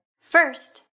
First